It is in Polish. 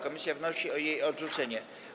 Komisja wnosi o jej odrzucenie.